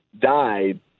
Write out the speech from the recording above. died